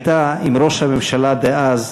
הייתה עם ראש הממשלה דאז